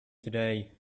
today